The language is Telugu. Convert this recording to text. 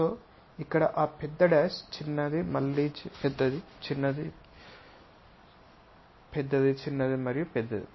కాబట్టి ఇక్కడ ఆ పెద్ద డాష్ చిన్నది మళ్ళీ పెద్దది చిన్నది పెద్దది చిన్నది మరియు పెద్దది